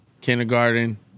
kindergarten